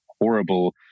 horrible